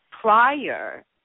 prior